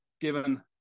given